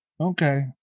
Okay